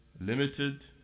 limited